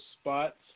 spots